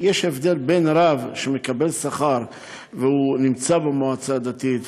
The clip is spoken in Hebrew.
יש הבדל בין רב שמקבל שכר והוא נמצא במועצה דתית,